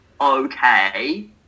okay